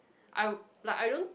I would like I don't